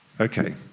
Okay